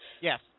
Yes